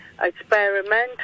experimental